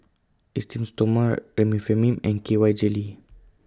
Esteem Stoma Remifemin and K Y Jelly